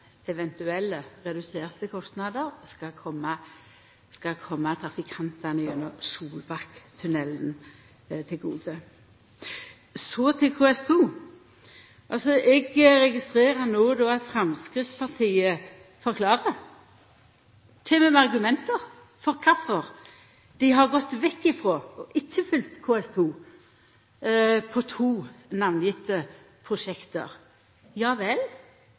eventuelle reduserte kostnader skal koma trafikantane til gode gjennom Solbakktunnelen. Så til KS2: Eg registrerer at Framstegspartiet forklarer, kjem med argument for kvifor dei har gått vekk frå og ikkje følgt KS2 på to namngjevne prosjekt. Ja vel,